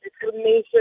discrimination